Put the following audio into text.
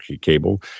cable